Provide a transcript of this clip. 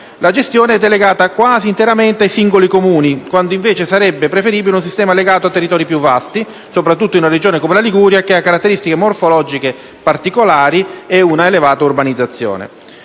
La gestione è delegata quasi interamente ai singoli Comuni, quando invece sarebbe preferibile un sistema legato a territori più vasti, soprattutto in una Regione come la Liguria, che ha caratteristiche morfologiche particolari e una elevata urbanizzazione.